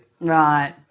Right